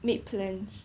made plans